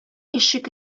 ишек